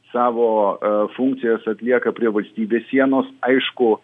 savo funkcijas atlieka prie valstybės sienos aišku